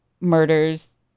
murders